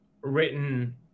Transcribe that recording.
written